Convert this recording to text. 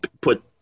put